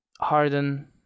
Harden